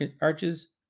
arches